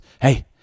Hey